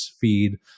feed